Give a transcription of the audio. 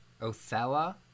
Othello